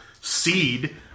seed